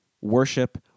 worship